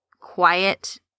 quiet